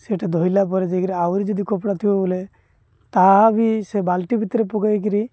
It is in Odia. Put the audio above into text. ସେଇଟା ଧୋଇଲା ପରେ ଯାଇକିରି ଆହୁରି ଯଦି କପଡ଼ା ଥିବ ବୋଲେ ତାହା ବି ସେ ବାଲ୍ଟି ଭିତରେ ପକେଇକିରି